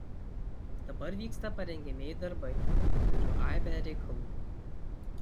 dabar vyksta parengiamieji darbai turiu aibę reikalų